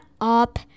up